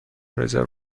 رزرو